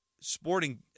sporting